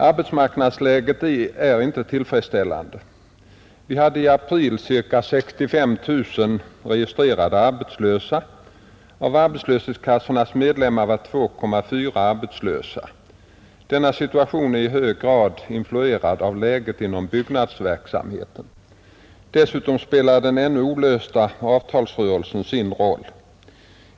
Arbetsmarknadsläget är inte tillfredsställande. Vi hade i april ca 65 000 registrerade arbetslösa. Av arbetslöshetskassornas medlemmar var 2,4 procent arbetslösa. Denna situation är i hög grad influerad av läget inom byggnadsverksamheter. Dessutom spelar den ännu olösta avtalsrörelsen sin roll.